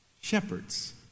shepherds